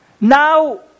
Now